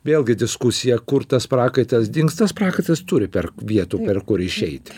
vėlgi diskusija kur tas prakaitas dings tas prakaitas turi per vietų ir kur išeiti